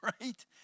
right